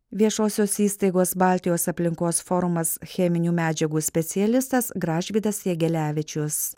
viešosios įstaigos baltijos aplinkos forumas cheminių medžiagų specialistas gražvydas jegelevičius